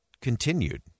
continued